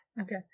Okay